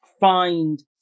find